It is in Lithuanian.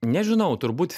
nežinau turbūt